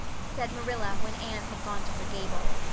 said marilla when anne had gone to her gable,